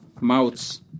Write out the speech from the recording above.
mouths